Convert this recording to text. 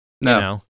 No